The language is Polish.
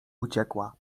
uciekła